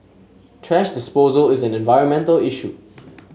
thrash disposal is an environmental issue